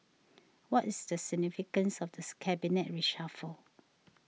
what is the significance of this cabinet reshuffle